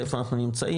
איפה אנחנו נמצאים,